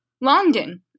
London